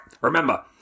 remember